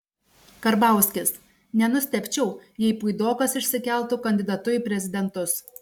karbauskis nenustebčiau jei puidokas išsikeltų kandidatu į prezidentus